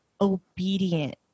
obedient